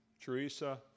Teresa